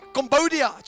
Cambodia